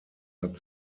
hat